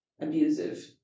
abusive